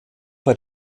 bei